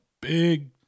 big